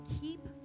keep